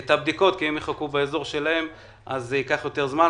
הבדיקות כי אם הם יחכו באזור שלהם אז הם יחכו יותר זמן.